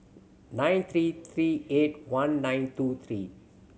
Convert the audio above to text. nine three three eight one nine two three